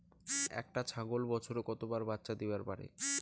একটা ছাগল বছরে কতবার বাচ্চা দিবার পারে?